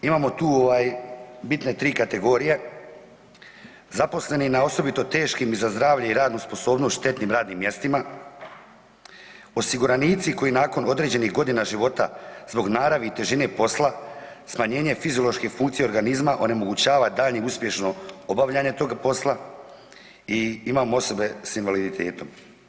Imamo tu ovaj bitne tri kategorije, zaposleni na osobito teškim i za zdravlje i radnu sposobnost štetnim radnim mjestima, osiguranici koji nakon određenih godina života zbog naravi i težine posla smanjenjem fiziološke funkcije organizma onemogućava daljnje uspješno obavljanje toga posla i imamo osobe s invaliditetom.